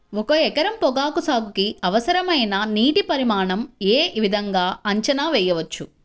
ఒక ఎకరం పొగాకు సాగుకి అవసరమైన నీటి పరిమాణం యే విధంగా అంచనా వేయవచ్చు?